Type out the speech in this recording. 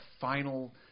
final